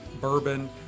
bourbon